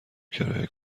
کرایه